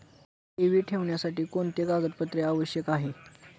ठेवी ठेवण्यासाठी कोणते कागदपत्रे आवश्यक आहे?